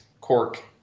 cork